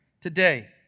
today